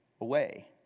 away